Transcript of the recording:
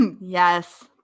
yes